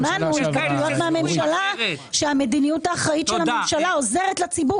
שמענו שהמדיניות האחראית של הממשלה עוזרת לציבור